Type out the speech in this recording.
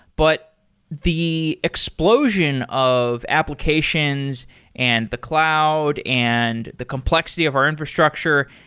but the explosion of applications and the cloud and the complexity of our infrastructure,